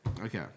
Okay